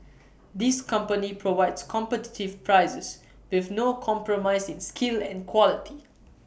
this company provides competitive prices with no compromise in skill and quality